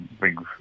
big